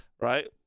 right